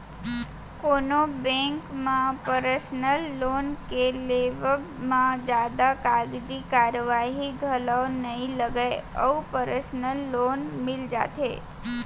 कोनो बेंक म personal loan के लेवब म जादा कागजी कारवाही घलौ नइ लगय अउ परसनल लोन मिल जाथे